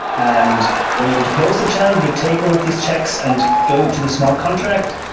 and when you want to close the channel, you could take one of these checks and go to the smart contract,